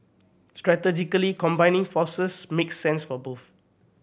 strategically combining forces makes sense for both